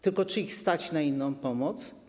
Tylko czy jest ich stać na inną pomoc?